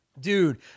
dude